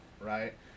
right